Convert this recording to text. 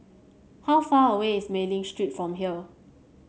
how far away is Mei Ling Street from here